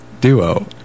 duo